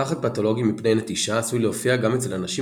פחד פתולוגי מפני נטישה עשוי להופיע גם אצל אנשים